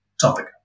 topic